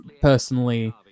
personally